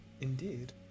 Indeed